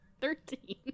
Thirteen